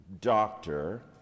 doctor